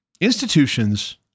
Institutions